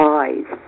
eyes